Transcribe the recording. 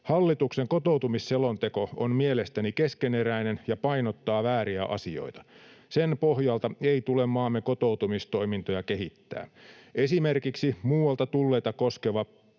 Hallituksen kotoutumisselonteko on mielestäni keskeneräinen ja painottaa vääriä asioita. Sen pohjalta ei tule maamme kotoutumistoimintoja kehittää. Esimerkiksi muualta tulleita koskeva